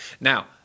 Now